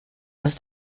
ist